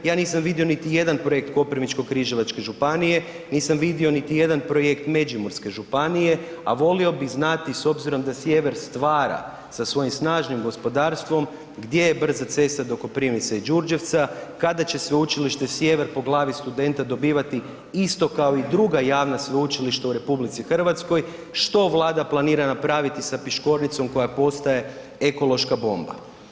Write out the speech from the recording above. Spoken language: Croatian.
Ja nisam vidio niti jedan projekt Koprivničko-križevačke županije, nisam vidio niti jedan projekt Međimurske županije, a volio bih znati s obzirom da sjever stvara sa svojim snažnim gospodarstvom gdje je brza cesta do Koprivnice i Đurđevca, kada će Sveučilište Sjever po glavi studenta dobivati isto kao i druga javna sveučilišta u RH, što Vlada planira napraviti sa Piškornicom koja postaje ekološka bomba.